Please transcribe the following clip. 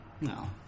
No